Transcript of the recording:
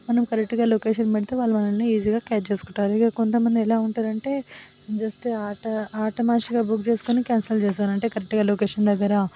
మనం కరెక్టుగా లోకేషన్ పెడితే వాళ్ళు మనలని ఈజీగా క్యాచ్ చేసుకుంటారు ఇక కొంత మంది ఎలా ఉంటారు అంటే జస్ట్ ఆట ఆషామాషిగా బుక్ చేసుకొని క్యాన్సిల్ చేస్తారు అంటే కరెక్ట్గా లొకేషన్ దగ్గర